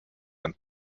ein